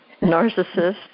narcissist